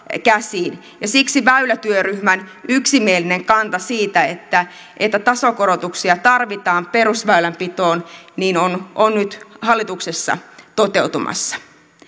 käsiin ja siksi väylätyöryhmän yksimielinen kanta siitä että että tasokorotuksia tarvitaan perusväylänpitoon on on nyt hallituksessa toteutumassa